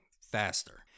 faster